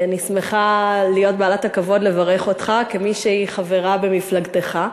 אני שמחה להיות בעלת הכבוד לברך אותך כמי שהיא חברה במפלגתך.